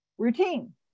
Routine